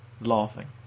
laughing